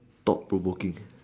top to bookings